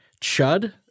Chud